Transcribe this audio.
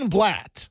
Blatt